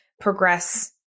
progress